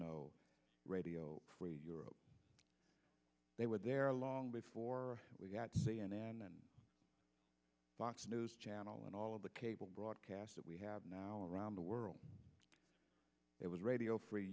no radio free europe they were there long before we got to c n n and fox news channel and all of the cable broadcast that we have now around the world it was radio free